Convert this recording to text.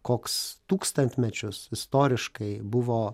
koks tūkstantmečius istoriškai buvo